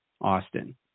Austin